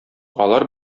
алар